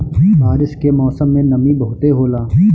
बारिश के मौसम में नमी बहुते होला